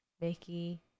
Mickey